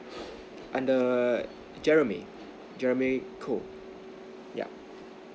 under jeremy jeremy koh yup